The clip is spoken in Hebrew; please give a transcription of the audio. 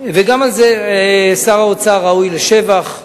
וגם על זה שר האוצר ראוי לשבח.